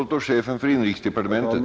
Det är ju en diskriminering.